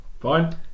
fine